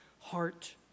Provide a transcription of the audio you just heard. heart